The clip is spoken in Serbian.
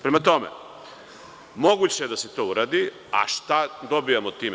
Prema tome, moguće da se to uradi, a šta dobijamo time?